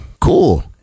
cool